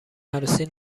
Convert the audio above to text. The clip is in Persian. عروسی